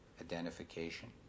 identification